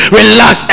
relax